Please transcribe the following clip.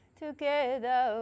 together